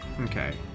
Okay